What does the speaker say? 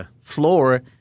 floor